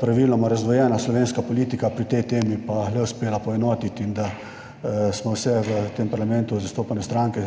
praviloma razdvojena slovenska politika pri tej temi le uspela poenotiti in da smo vse v tem parlamentu zastopane stranke